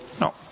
no